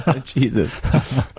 Jesus